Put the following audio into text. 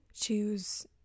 choose